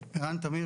אני ערן טמיר,